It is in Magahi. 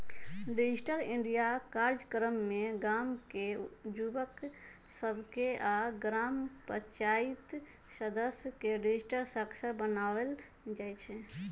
डिजिटल इंडिया काजक्रम में गाम के जुवक सभके आऽ ग्राम पञ्चाइत सदस्य के डिजिटल साक्षर बनाएल जाइ छइ